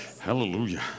Hallelujah